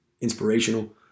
inspirational